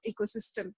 ecosystem